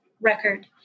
record